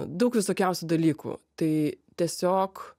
daug visokiausių dalykų tai tiesiog